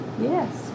Yes